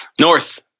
North